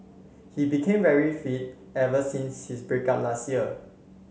he became very fit ever since his break up last year